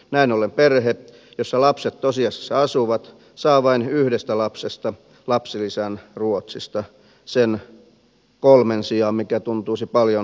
näin ollen perhe jossa lapset tosiasiassa asuvat saa vain yhdestä lapsesta lapsilisän ruotsista sen kolmen sijaan mikä tuntuisi paljon oikeudenmukaisemmalta